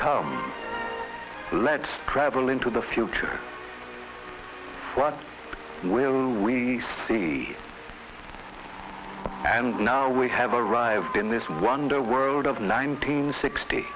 come let prabal into the future what will we see and now we have arrived in this wonder world of nineteen sixty